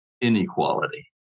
inequality